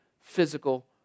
physical